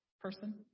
person